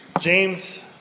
James